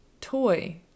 toy